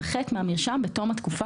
ישמרנו בסוד,